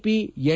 P N